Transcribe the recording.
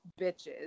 bitches